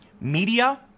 Media